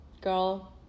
girl